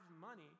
money